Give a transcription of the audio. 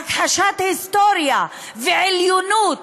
והכחשת היסטוריה, ועליונות.